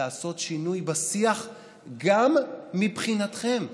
לעשות שינוי בשיח גם מבחינתכם.